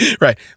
Right